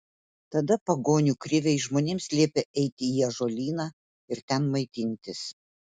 tada pagonių kriviai žmonėms liepė eiti į ąžuolyną ir ten maitintis